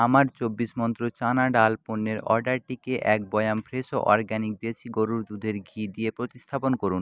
আমার চব্বিশ মন্ত্র চানা ডাল পণ্যের অর্ডারটিকে এক বয়াম ফ্রেশো অরগ্যানিক দেশি গরুর দুধের ঘি দিয়ে প্রতিস্থাপন করুন